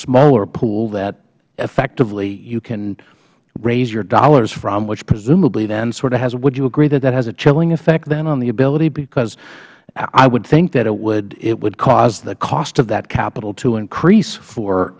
smaller pool that effectively you can raise your dollars from which presumably then sort of has would you agree that has a chilling effect then on the ability because i would think that it would cause the cost of that capital to increase for